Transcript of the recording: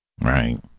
Right